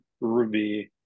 ruby